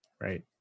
right